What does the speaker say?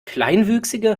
kleinwüchsige